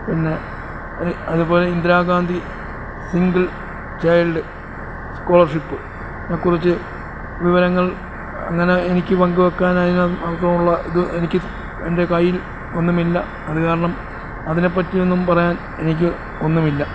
പിന്നെ അത് അതുപോലെ ഇന്ദിരാഗാന്ധി സിംഗിൾ ചൈൽഡ് സ്കോളർഷിപ്പ്നെക്കുറിച്ച് വിവരങ്ങൾ അങ്ങനെ എനിക്ക് പങ്ക് വെക്കാൻ അതിന് മാത്രം ഉള്ള ഇത് എനിക്ക് എൻ്റെ കയ്യിൽ ഒന്നുമില്ല അത് കാരണം അതിനെപ്പറ്റിയൊന്നും പറയാൻ എനിക്ക് ഒന്നുമില്ല